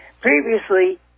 Previously